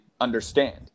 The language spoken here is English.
understand